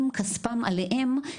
עם כספם עליהם,